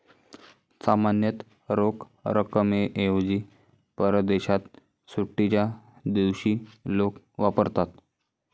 सामान्यतः रोख रकमेऐवजी परदेशात सुट्टीच्या दिवशी लोक वापरतात